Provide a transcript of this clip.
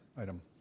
item